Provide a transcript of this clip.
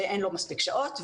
שאין לו מספיק שעות,